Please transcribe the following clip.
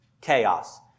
chaos